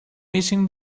missing